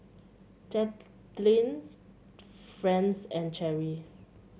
Franz and Cherri